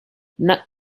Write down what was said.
not